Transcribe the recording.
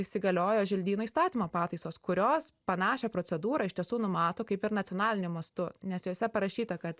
įsigaliojo želdynų įstatymo pataisos kurios panašią procedūrą iš tiesų numato kaip ir nacionaliniu mastu nes juose parašyta kad